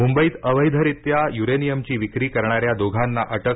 मुंबईत अवैधरीत्या युरेनियमची विक्री करणाऱ्या दोघांना अटक